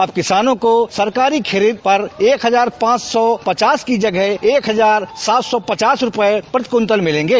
अब किसानों को सरकारी खरीद पर एक हजार पांच सौ पचास की जगह एक हजार सात सौ पचास रूपये प्रति कुन्टल मिलेंगे